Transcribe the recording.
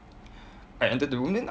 I entered the room then